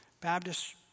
Baptist